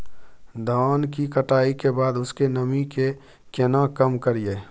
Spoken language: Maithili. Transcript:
धान की कटाई के बाद उसके नमी के केना कम करियै?